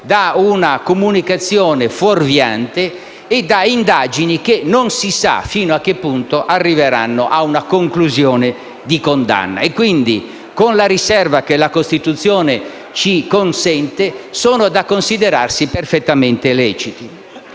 da una comunicazione fuorviante e da indagini che non si sa fino a che punto arriveranno ad una conclusione di condanna e che quindi, con la riserva che la Costituzione ci consente, sono da considerarsi perfettamente leciti.